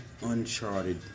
uncharted